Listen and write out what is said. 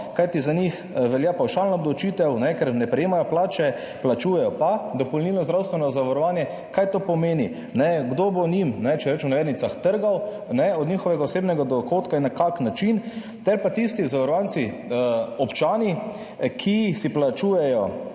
kajti za njih velja pavšalna obdavčitev, ker ne prejemajo plače, plačujejo pa dopolnilno zdravstveno zavarovanje. Kaj to pomeni? Kdo bo njim, če rečem v navednicah, trgal od njihovega osebnega dohodka in na kakšen način? Ter tisti zavarovanci občani, ki si plačujejo